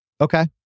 Okay